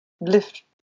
lift